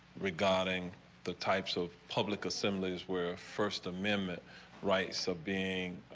regarding the types of public assemblies where first amendment rice of being